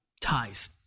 ties